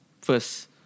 first